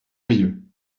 brieuc